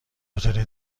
هتل